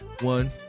one